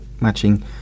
matching